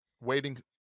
waiting